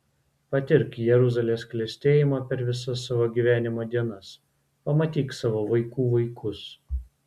patirk jeruzalės klestėjimą per visas savo gyvenimo dienas pamatyk savo vaikų vaikus